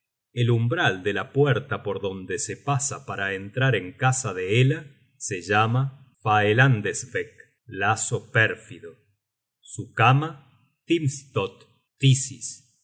el umbral de la puerta por donde se pasa para entrar en casa de hela se llama faelandesvek lazo pérfido su cama